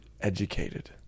educated